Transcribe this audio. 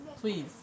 Please